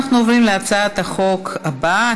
אנחנו עוברים להצעת החוק הבאה,